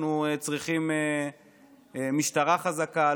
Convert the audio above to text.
אנחנו צריכים משטרה חזקה,